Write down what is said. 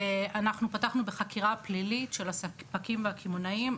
אנחנו פתחנו בחקירה הפלילית של הספקים והקמעונאים.